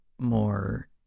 more